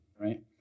right